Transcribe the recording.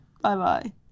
Bye-bye